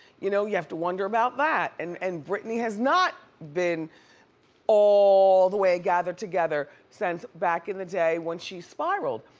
you know you have to wonder about that. and and britney has not been all the way gathered together since back in the day when she spiraled.